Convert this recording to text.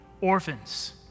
orphans